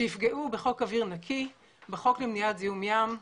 הם יפגעו בחוק אוויר נקי, בחוק למניעת זיהום ים,